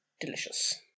delicious